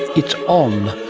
it's on.